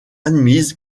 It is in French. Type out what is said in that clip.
admises